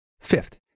Fifth